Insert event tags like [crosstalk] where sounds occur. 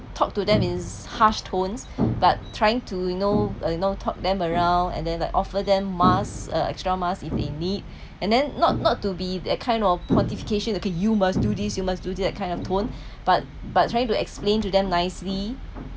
talk to them in harsh tone but trying to you know uh you know talk them around and then like offer them masks uh extra masks if they need [breath] and then not not to be that kind of fortifications okay you must do this you must do that kind of tone but but trying to explain to them nicely